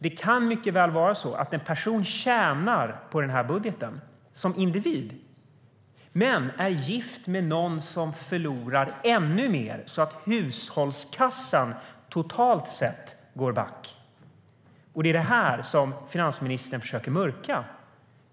Det kan nämligen mycket väl vara så att en person tjänar på budgeten som individ men är gift med någon som förlorar ännu mer, vilket gör att hushållskassan totalt sett går back. Det är det finansministern försöker mörka.